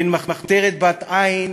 בין מחתרת בת-עין